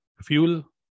Fuel